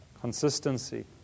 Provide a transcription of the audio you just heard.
Consistency